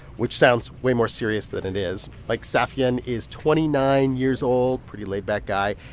which sounds way more serious than it is. mike safyan is twenty nine years old, pretty laid-back guy.